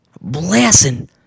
blessing